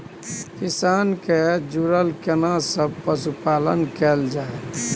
किसान से जुरल केना सब पशुपालन कैल जाय?